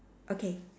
okay